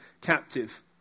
captive